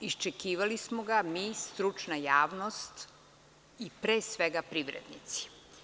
Iščekivali smo ga mi, stručna javnost i pre svega privrednici.